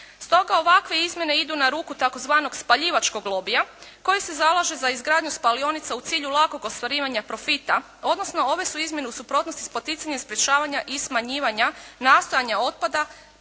Stoga ovakve izmjene idu na ruku tzv. spaljivačkog lobija koji se zalaže za izgradnju spalionica u cilju lakog ostvarivanja profita odnosno ove su izmjene u suprotnosti s poticanjem sprječavanja i smanjivanja nastajanja otpada